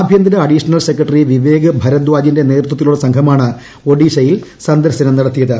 ആഭ്യന്തര additional secretary Vivek ഭരദാജിന്റെ നേതൃത്വത്തിലുള്ള സംഘമാണ് ഒഡീഷയിൽ സന്ദർശനം നടത്തിയത്